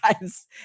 guys